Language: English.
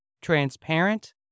transparent